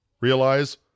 realize